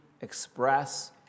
express